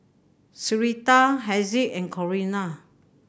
Syreeta Hezzie in Corrina